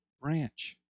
branch